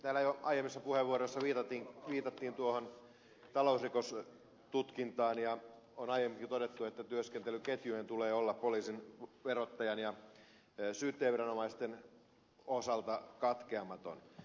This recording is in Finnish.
täällä jo aiemmissa puheenvuoroissa viitattiin talousrikostutkintaan ja on aiemminkin todettu että työskentelyketjujen tulee olla poliisin verottajan ja syyttäjäviranomaisten osalta katkeamaton